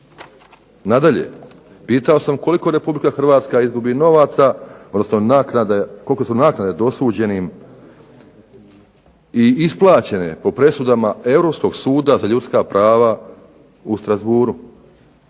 Nadalje, pitao sam koliko Republike Hrvatska izgubi novaca, odnosno koliko su naknade dosuđenim i isplaćene po presudama Europskog suda za ljudska prava u Strasbourgu,